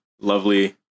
lovely